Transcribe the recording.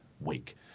week